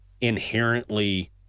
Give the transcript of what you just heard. inherently